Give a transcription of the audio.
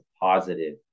positive